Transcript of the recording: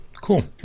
cool